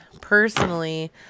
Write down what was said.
Personally